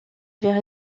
avaient